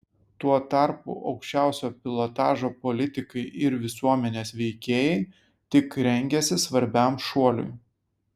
tuo tarpu aukščiausio pilotažo politikai ir visuomenės veikėjai tik rengiasi svarbiam šuoliui